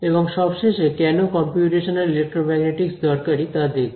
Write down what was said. এবং সবশেষে কেন কম্পিউটেশনাল ইলেক্ট্রোম্যাগনেটিকস দরকারি তা দেখব